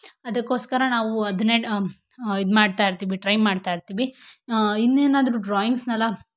ಅದಕ್ಕೋಸ್ಕರ ನಾವು ಅದನ್ನೇ ಇದ್ಮಾಡ್ತಾ ಇರ್ತೀವಿ ಟ್ರೈ ಮಾಡ್ತಾ ಇರ್ತೀವಿ ಇನ್ನೇನಾದರೂ ಡ್ರಾಯಿಂಗ್ಸ್ನ್ನೆಲ್ಲ